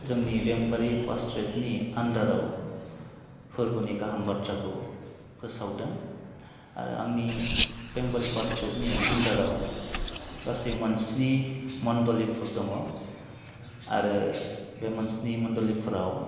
जोंनि बेंबारि पास्ट्रेटनि आन्दाराव फोरबुनि गाहाम बाथ्राखौ फोसावदों आरो आंनि बेंबारि पास्ट्रेटनि आन्दाराव गासै मोन स्नि मण्डलिफोर दङ आरो बे मोन स्नि मण्डलिफोराव